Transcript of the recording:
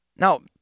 Now